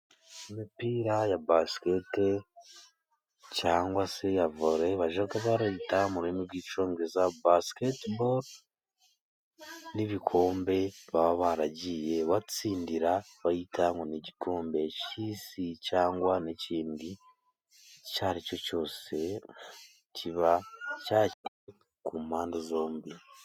Imipira ya basiketi cyangwa se ya vore. Bajya barayita mu rurimi rw'icyongereza basiketiboro n'ibikombe baba baragiye batsindira. Bayita ngo ni igikombe cy'isi cyangwa n'ikindi icyo ari cyo cyose kiba cyakiriwe ku mpande zombi.